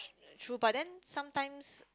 true but then sometimes